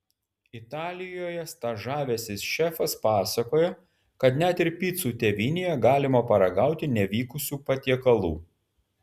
italijoje stažavęsis šefas pasakojo kad net ir picų tėvynėje galima paragauti nevykusių patiekalų